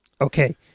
Okay